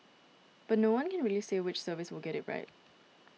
but no one can really say which service will get it right